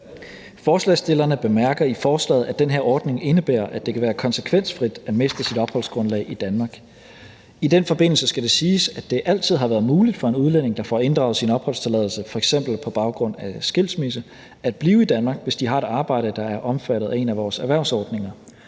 Forslagsstillerne bemærker i forslaget, at den her ordning indebærer, at det kan være konsekvensfrit at miste sit opholdsgrundlag i Danmark. I den forbindelse skal det siges, at det altid har været muligt for en udlænding, der får inddraget sin opholdstilladelse f.eks. på baggrund af skilsmisse, at blive i Danmark, hvis vedkommende har et arbejde, der er omfattet af en af vores erhvervsordninger.